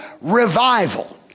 revival